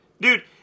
Dude